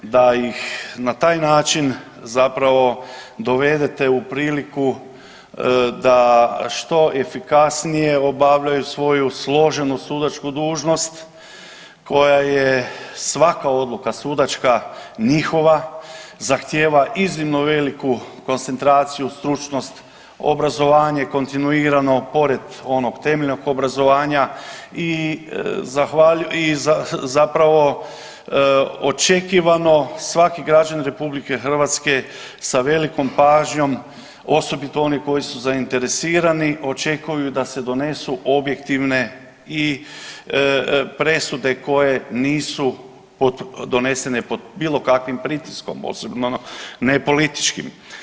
Da ih na taj način zapravo dovedete u priliku da što efikasnije obavljaju svoju složenu sudačku dužnost koja je svaka odluka sudačka sudova njihova, zahtjeva iznimno veliku koncentraciju, stručnost, obrazovanje kontinuirano pored onog temeljnog obrazovanja i zapravo očekivano svaki građanin RH sa velikom pažnjom osobito oni koji su zainteresirani očekuju da se donesu objektivne i presude koje nisu donesene pod bilo kakvim pritiskom posebno ne političkim.